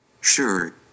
Sure